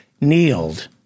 kneeled